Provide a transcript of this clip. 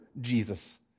Jesus